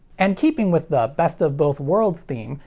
and keeping with the best-of-both-worlds theme,